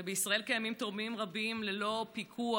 ובישראל קיימים תורמים רבים ללא פיקוח